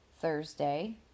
Thursday